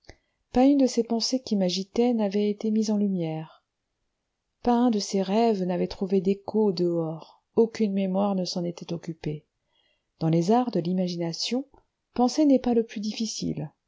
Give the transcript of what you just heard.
pas une de ces pensées qui m'agitaient n'avait été mise en lumière pas un de ces rêves n'avait trouvé d'échos au dehors aucune mémoire ne s'en était occupée dans les arts de l'imagination penser n'est pas le plus difficile